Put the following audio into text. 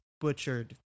butchered